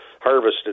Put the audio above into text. harvested